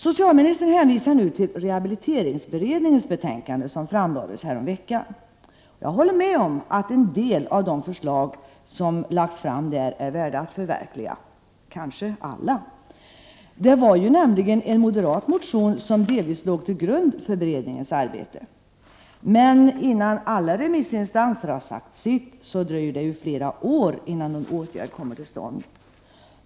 Socialministern hänvisar nu till rehabiliteringsberedningens betänkande som framlades härom veckan. Jag håller med om att en del av dess förslag, kanske alla, är värda att förverkliga. Det var nämligen en moderat motion som delvis låg till grund för beredningens arbete. Men innan alla remissinstanser sagt sitt och någon åtgärd kan komma till stånd dröjer det flera år.